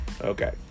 Okay